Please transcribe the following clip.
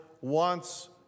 wants